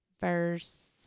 verse